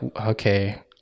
okay